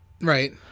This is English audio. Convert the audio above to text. Right